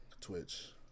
Twitch